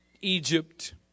Egypt